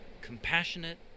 Compassionate